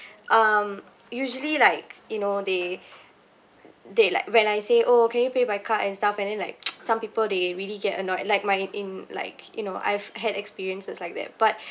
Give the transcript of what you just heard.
um usually like you know they they like when I say oh can you pay by card and stuff and then like some people they really get annoyed like my in like you know I've had experiences like that but